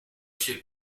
suoi